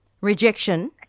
Rejection